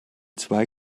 zwei